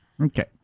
Okay